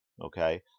Okay